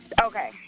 Okay